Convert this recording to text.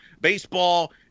baseball